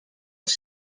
els